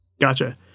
gotcha